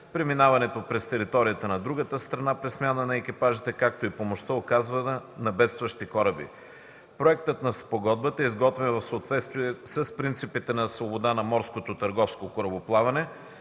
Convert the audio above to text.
преминаването през територията на другата страна при смяна на екипажите, както и помощта, оказвана на бедстващи кораби. „Проектът на спогодбата е изготвен в съответствие с принципите на свобода на морското търговско корабоплаване,